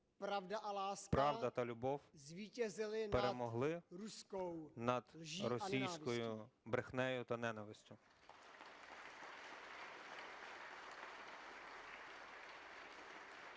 правда та любов перемогли над російською брехнею та ненавистю.